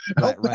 Right